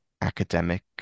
academic